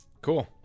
cool